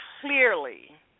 clearly